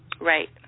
right